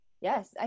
Yes